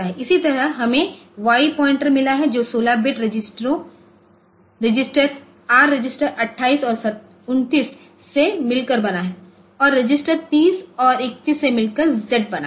इसी तरह हमें वाई पॉइंटर मिला है जो16 बिट रजिस्टरों आर रजिस्टर 28 और 29 से मिलकर बना है और रजिस्टरों 30 और 31 से मिलकर जेड रजिस्टर बना है